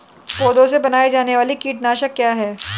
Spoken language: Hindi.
पौधों से बनाई जाने वाली कीटनाशक क्या है?